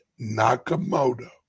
Nakamoto